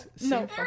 no